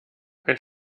ein